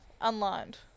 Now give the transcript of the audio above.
unlined